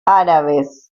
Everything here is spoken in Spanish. árabes